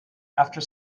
after